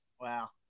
Wow